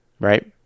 right